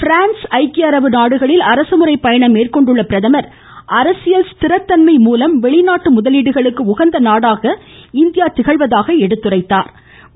France ஐக்கிய அரபு நாடுகளில் அரசுமுறைப் பயணம் மேற்கொண்டுள்ள பிரதமர் அரசியல் ஸ்திரத்தன்மை மூலம் வெளிநாட்டு முதலீடுகளுக்கு உகந்த நாடாக இந்தியா திகழ்வதாக கூறினாா்